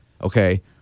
okay